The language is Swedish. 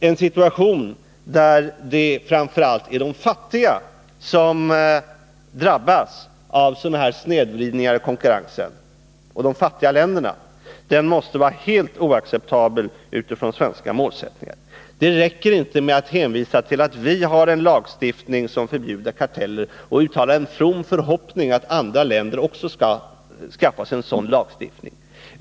En situation, där framför allt de fattiga länderna drabbas av dessa snedvridningar i konkurrensen, måste vara helt oacceptabel för våra målsättningar. Det räcker inte med att hänvisa till att vi har en lagstiftning som förbjuder karteller eller att uttala en from förhoppning om att också andra länder skall skaffa sig en sådan lagstiftning.